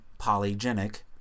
polygenic